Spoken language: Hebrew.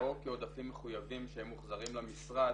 או כעודפים מחויבים שמוחזרים למשרד.